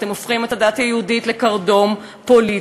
אתם הופכים את הדת היהודית לקרדום פוליטי.